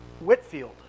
Whitfield